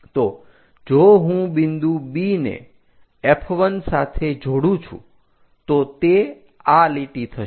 તો જો હું બિંદુ B ને F1 સાથે જોડું છું તો એ લીટી આ થશે